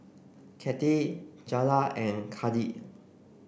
Kathy Jaylah and Kadin